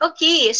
Okay